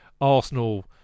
Arsenal